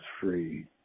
free